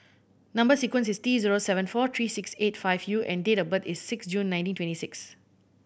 number sequence is T zero seven four three six eight five U and date of birth is six June nineteen twenty six